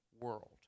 world